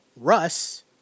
Russ